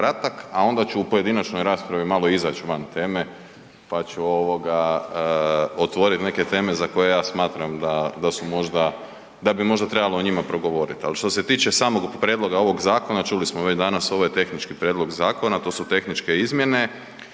a onda ću u pojedinačnoj raspravi malo izać van teme pa ću otvorit neke teme za koje ja smatram da bi možda o njima trebalo progovorit ali što se tiče samog prijedloga ovog zakona, čuli smo već danas, ovo je tehnički prijedlog zakona, to su tehničke izmjene,